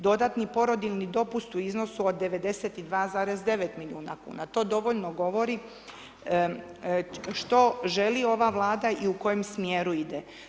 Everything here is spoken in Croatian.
Dodatni porodiljni dopust u iznosu od 92,9 milijuna kuna, to dovoljno govori što želi ova Vlada i u kojem smjeru ide.